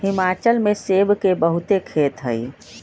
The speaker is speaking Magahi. हिमाचल में सेब के बहुते खेत हई